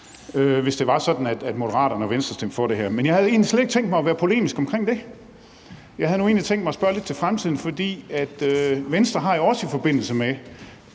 hvis det var sådan, at Moderaterne og Venstre stemte for det her. Men jeg havde egentlig slet ikke tænkt mig at være polemisk omkring det. Jeg havde nu egentlig tænkt mig at spørge lidt til fremtiden, for Venstre har jo også, i forbindelse med